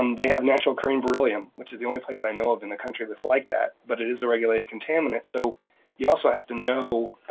um they have natural occurring beryllium, which is the only place i know of in the country that's like that, but it is a regulated contaminant. so you also have to know